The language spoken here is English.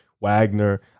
Wagner